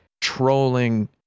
trolling